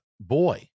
boy